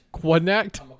Connect